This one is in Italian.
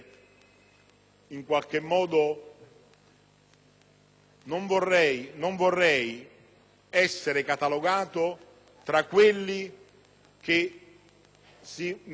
in qualche modo catalogato tra quelli che si mettono da una parte e in contrapposizione all'altra.